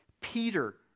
Peter